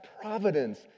providence